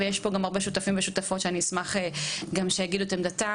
יש פה גם עוד שותפות ושותפים שאני אשמח שיאמרו את עמדתם,